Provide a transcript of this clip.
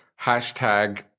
Hashtag